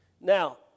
Now